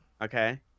okay